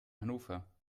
hannover